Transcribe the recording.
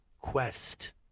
quest